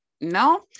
no